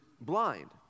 blind